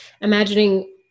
imagining